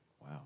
Wow